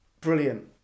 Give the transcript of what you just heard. brilliant